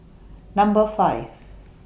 Number five